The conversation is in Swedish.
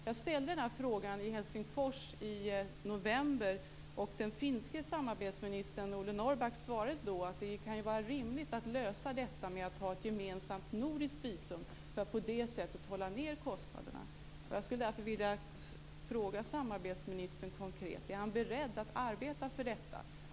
Jag ställde den här frågan i Helsingfors i november, och den finske samarbetsministern Ole Norrback svarade då att det ju kan vara rimligt att lösa detta genom att ha ett gemensamt nordiskt visum för att på det sättet hålla kostnaderna nere. Jag skulle därför vilja fråga samarbetsministern konkret om han är beredd att arbeta för detta.